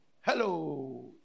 Hello